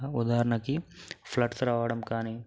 ఉదాహరణకి ఫ్లడ్స్ రావడం కానీ